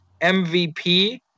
MVP